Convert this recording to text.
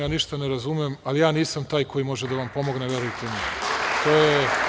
Ništa ne razumem, ali ja nisam taj koji može da vam pomogne, verujte mi.